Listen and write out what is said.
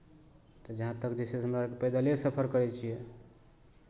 तऽ जहाँ तक जे छै से हमरा आरकेँ पैदले सफर करै छियै